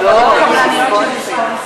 מי אמר שאין קבלניות?